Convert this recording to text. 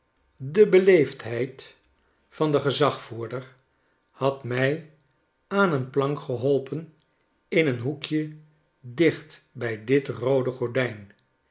de beleefdheid van den gezagvoerder had mij aan een plank geholpen in een hoekje dicht bij dit roode gordijn